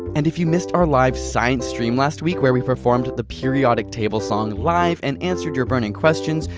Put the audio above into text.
and if you missed our live science stream last week where we performed the periodic table song live and answered your burning questions,